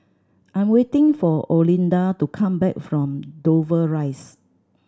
I'm waiting for Olinda to come back from Dover Rise